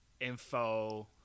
info